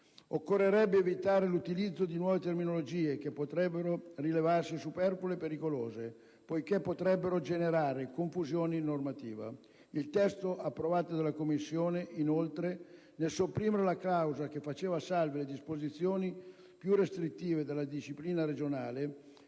Occorrerebbe evitare l'utilizzo di nuove terminologie che potrebbero rivelarsi superflue e pericolose poiché potrebbero generare confusione normativa. Il testo approvato dalla Commissione, inoltre, nel sopprimere la clausola che faceva salve le disposizioni più restrittive della disciplina regionale,